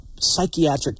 psychiatric